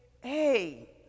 Hey